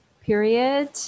period